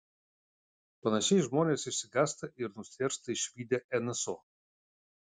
panašiai žmonės išsigąsta ir nustėrsta išvydę nso